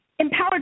Empowered